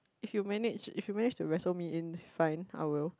if you manage if you manage to wrestle me in fine I will